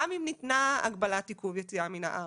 גם אם ניתנה הגבלת עיכוב יציאה מן הארץ,